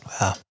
wow